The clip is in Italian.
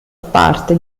parte